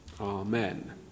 Amen